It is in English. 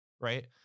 Right